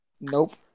Nope